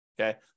okay